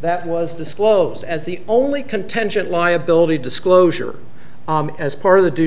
that was disclosed as the only contention liability disclosure as part of the due